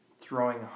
throwing